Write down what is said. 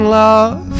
love